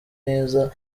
neza